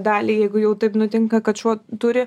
dalį jeigu jau taip nutinka kad šuo turi